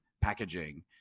packaging